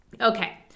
Okay